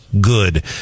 good